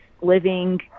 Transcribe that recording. living